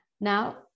Now